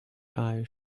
eyes